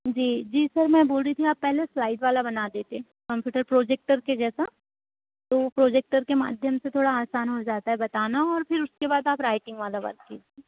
जी जी सर मैं बोल रही थी आप पहले स्लाइड वाला बना देते कंप्यूटर प्रोजेक्टर के जैसा तो प्रोजेक्टर के माध्यम से थोड़ा आसान हो जाता है बताना और फिर उसके बाद आप राइटिंग वाला वर्क कीजिए